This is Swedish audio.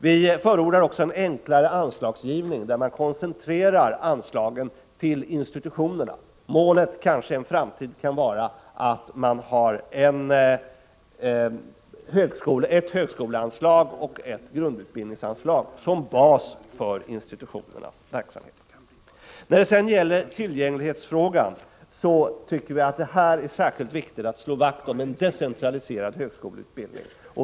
Vi förordar en enklare anslagsgivning, där man koncentrerar anslagen till institutionerna. Målet kanske kan vara att i en framtid ha ett högskoleanslag och ett grundutbildningsanslag som bas för institutionernas verksamhet. När det gäller tillgänglighetsfrågan tycker vi att det är särskilt viktigt att slå vakt om en decentraliserad högskoleutbildning.